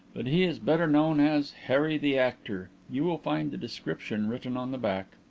but he is better known as harry the actor you will find the description written on the back.